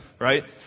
right